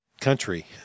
country